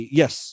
yes